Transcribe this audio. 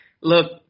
Look